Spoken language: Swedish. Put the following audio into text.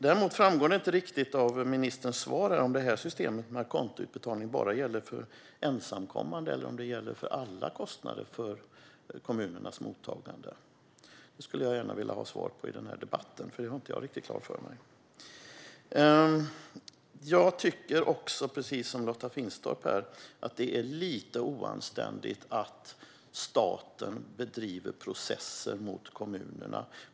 Däremot framgår det inte riktigt av ministerns svar om systemet med a conto-utbetalning bara gäller för ensamkommande eller om det gäller för alla kostnader för kommunernas mottagande. Det skulle jag gärna vilja ha svar på i debatten. Det har jag inte riktigt klart för mig. Precis som Lotta Finstorp tycker jag att det är lite oanständigt att staten bedriver processer mot kommunerna.